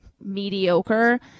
mediocre